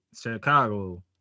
Chicago